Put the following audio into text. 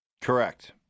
Correct